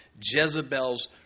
Jezebel's